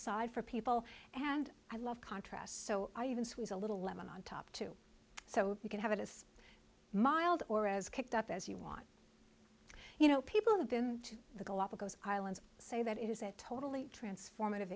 side for people and i love contrasts so i even suis a little lemon on top too so you can have it as mild or as kicked up as you want you know people have been to the galapagos islands say that it is a totally transform